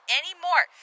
anymore